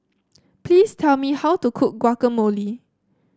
please tell me how to cook Guacamole